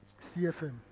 CFM